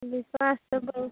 विश्वास छै बहुत